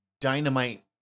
dynamite